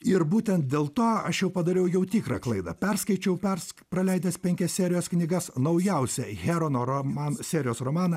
ir būtent dėl to aš jau padariau jau tikrą klaidą perskaičiau persk praleidęs penkias serijos knygas naujausią herono raman serijos romaną